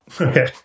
Okay